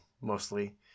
mostly